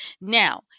Now